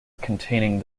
containing